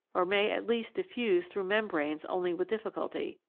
or may at least diffuse through membranes only with difficulty,